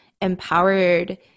empowered